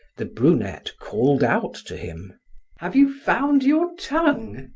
the brunette called out to him have you found your tongue?